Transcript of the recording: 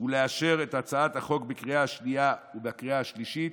ולאשר את הצעת החוק בקריאה השנייה ובקריאה השלישית.